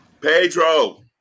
Pedro